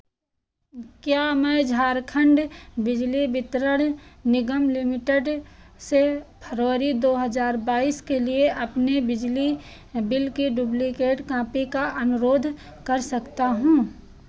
क्या मैं झारखंड बिजली वितरण निगम लिमिटेड से फरवरी दो हज़ार बाईस के लिए अपने बिजली बिल की डुब्लीकेट कांपी का अनुरोध कर सकता हूँ